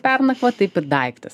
pernakvot taip ir daiktas